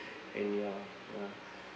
and ya ya